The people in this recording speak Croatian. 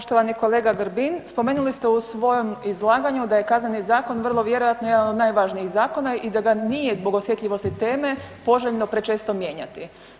Poštovani kolega Grbin, spomenuli ste u svojem izlaganju da je Kazneni zakon vrlo vjerojatno jedan od najvažnijih zakona i da ga nije zbog osjetljivosti teme poželjno prečesto mijenjati.